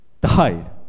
died